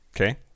Okay